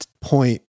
point